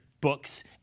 books